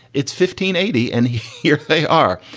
it's fifteen eighty and here they are.